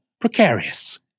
precarious